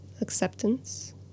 acceptance